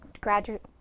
graduate